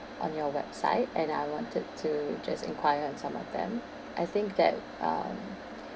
on your website and I wanted to just enquire on some of them I think that uh